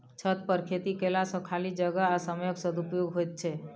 छतपर खेती कयला सॅ खाली जगह आ समयक सदुपयोग होइत छै